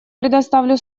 предоставлю